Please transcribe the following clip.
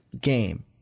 game